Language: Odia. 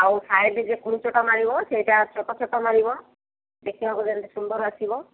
ଆଉ ସାଇଡ଼୍ର ଯେ କୁଞ୍ଚଟା ମାରିବ ସେଇଟା ଛୋଟ ଛୋଟ ମାରିବ ଦେଖିବାକୁ ଯେମିତି ସୁନ୍ଦର ଆସିବ